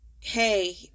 hey